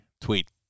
tweet